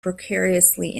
precariously